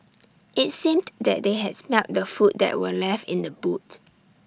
IT seemed that they had smelt the food that were left in the boot